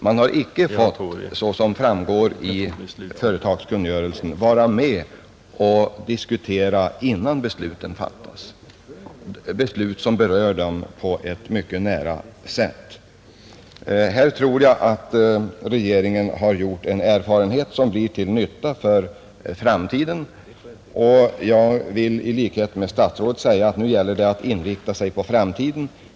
Man har icke, så som framgår av företagskungörelsen, fått vara med och diskutera innan besluten fattats — beslut som berör personalen och verket på ett mycket nära sätt. Där tror jag att regeringen har gjort en erfarenhet som blir till nytta för framtiden. Jag vill i likhet med statsrådet säga att nu gäller det att inrikta sig på framtiden.